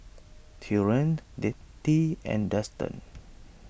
Taurean Nettie and Dustan